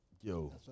Yo